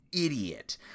idiot